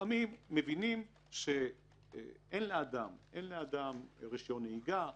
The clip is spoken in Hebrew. לפעמים מבינים שאין לאדם רישיון נהיגה,